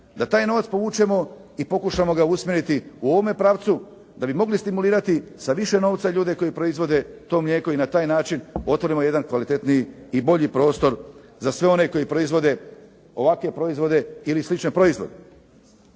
da taj novac povučemo i pokušamo ga usmjeriti u ovome pravcu da bi mogli stimulirati sa više novca ljude koji proizvode to mlijeko i na taj način otvorimo jedan kvalitetniji i bolji prostor za sve one koji proizvode ovakve proizvode ili slične proizvode.